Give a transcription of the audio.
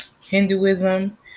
Hinduism